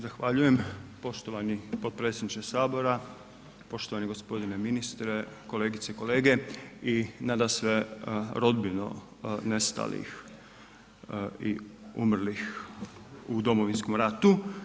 Zahvaljujem poštovani potpredsjedniče Sabora, poštovani gospodine ministre, kolegice i kolege, i nadasve rodbino nestalih i umrlih u Domovinskom ratu.